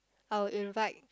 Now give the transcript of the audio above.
I will invite